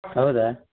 ಹೌದಾ